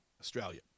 Australia